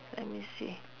let me see